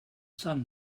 sun